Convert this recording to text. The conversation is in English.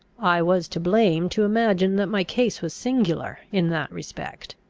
i was to blame to imagine that my case was singular in that respect.